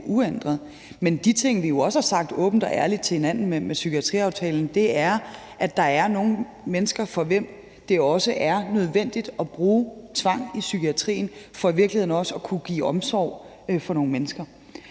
Men de ting, vi jo også har sagt åbent og ærligt til hinanden med psykiatriaftalen, er, at der er nogle mennesker, over for hvem det er nødvendigt at bruge tvang i psykiatrien, for i virkeligheden også at kunne give omsorg for nogle mennesker.